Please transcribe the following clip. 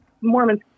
Mormons